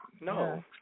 No